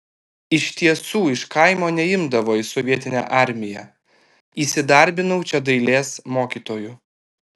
iš tiesų iš kaimo neimdavo į sovietinę armiją įsidarbinau čia dailės mokytoju